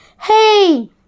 hey